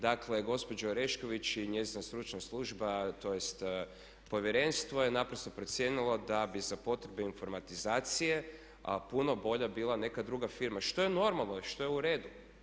Dakle, gospođa Orešković i njezina stručna služba, tj. Povjerenstvo je naprosto procijenilo da bi za potrebe informatizacije puno bolja bila neka druga firma što je normalno i što je u redu.